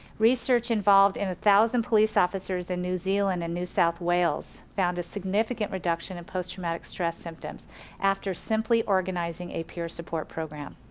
research involved in a thousand police officers in new zealand and new south whales found a significant reduction in post traumatic stress symptoms after simply organizing a peer support program.